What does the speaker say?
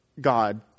God